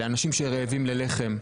לאנשים שרעבים ללחם.